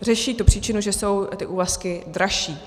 Řeší tu příčinu, že jsou ty úvazky dražší.